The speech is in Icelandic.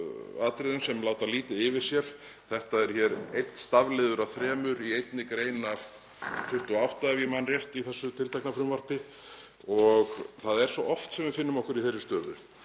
svona atriði sem láta lítið yfir sér, þetta er einn stafliður af þremur í einni grein af 28, ef ég man rétt, í þessu tiltekna frumvarpi. Það er svo oft sem við finnum okkur í þeirri stöðu